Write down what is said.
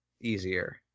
easier